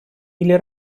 или